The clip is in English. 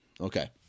Okay